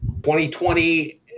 2020